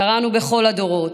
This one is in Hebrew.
קראנו בכל הדורות.